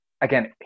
Again